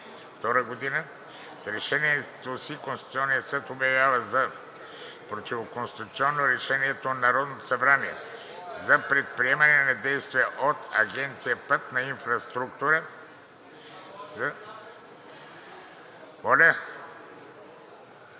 № 10/2022 г. С Решението си Конституционният съд обявява за противоконституционно Решението на Народното събрание за предприемане на действия от Агенция „Пътна инфраструктура“ за